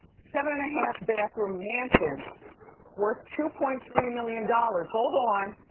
seven and a half bathroom mansion worth two point three million dollars, hold on,